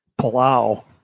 Palau